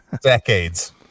decades